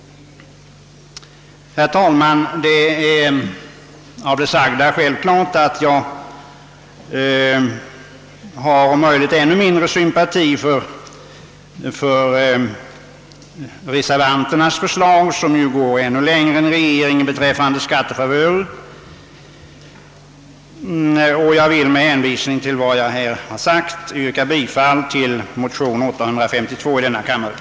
Herr talman! Det framgår av det sagda att jag har om möjligt ännu mindre sympati för reservanternas förslag, som ju går ännu längre än regeringens förslag om skattefavörer. Jag vill med hänvisning till vad jag här har sagt yrka bifall till motion 852 i denna kammare.